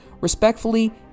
respectfully